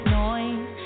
noise